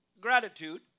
gratitude